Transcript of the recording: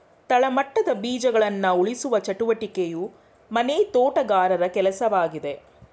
ತಳಮಟ್ಟದ ಬೀಜಗಳನ್ನ ಉಳಿಸುವ ಚಟುವಟಿಕೆಯು ಮನೆ ತೋಟಗಾರರ ಕೆಲ್ಸವಾಗಿದೆ